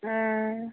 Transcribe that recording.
हॅं